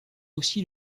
aussi